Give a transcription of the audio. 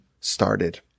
started